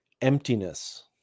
emptiness